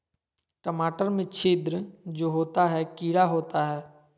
टमाटर में छिद्र जो होता है किडा होता है?